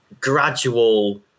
gradual